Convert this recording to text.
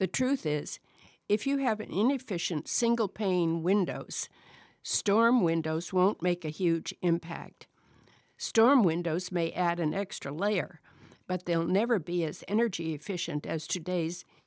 the truth is if you have an inefficient single pane windows storm windows won't make a huge impact storm windows may add an extra layer but they'll never be as energy efficient as today's